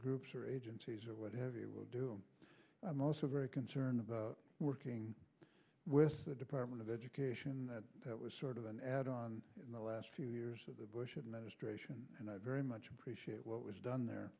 groups or agencies or what have you would do i'm also very concerned about working with the department of education that that was sort of an add on in the last few years of the bush administration and i very much appreciate what was done there